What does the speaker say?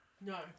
No